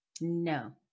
No